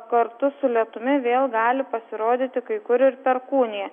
kartu su lietumi vėl gali pasirodyti kai kur ir perkūnija